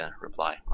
reply